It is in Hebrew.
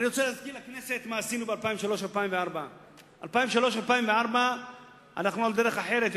אני רוצה להזכיר לכנסת מה עשינו ב-2003 2004. הלכנו על דרך אחרת,